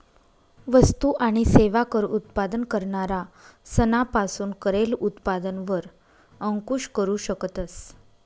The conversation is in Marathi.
वस्तु आणि सेवा कर उत्पादन करणारा सना पासून करेल उत्पादन वर अंकूश करू शकतस